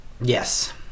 Yes